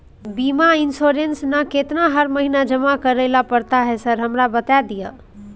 बीमा इन्सुरेंस ना केतना हर महीना जमा करैले पड़ता है सर हमरा बता दिय?